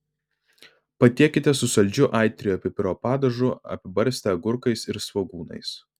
patiekite su saldžiu aitriojo pipiro padažu apibarstę agurkais ir svogūnais